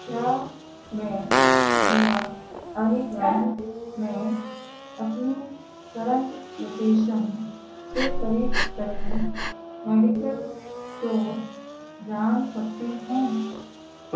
کیا میں ضلع علی گڑھ میں اپنی کرنٹ لوکیشن سے قریب ترین میڈیکل اسٹور جان سکتی ہوں